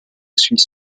suis